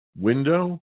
window